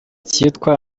kitwa